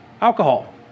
alcohol